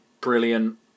Brilliant